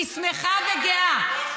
אני שמחה וגאה,